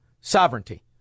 sovereignty